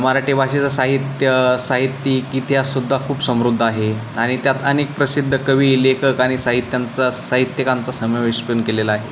मराठी भाषेचं साहित्य साहित्यिक इतिहाससुद्धा खूप समृद्ध आहे आणि त्यात अनेक प्रसिद्ध कवी लेखक आणि साहित्यांचा साहित्यिकांचा समावेश पण केलेला आहे